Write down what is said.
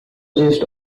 gist